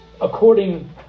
according